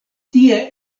tie